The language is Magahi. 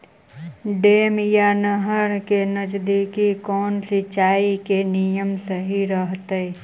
डैम या नहर के नजदीक कौन सिंचाई के नियम सही रहतैय?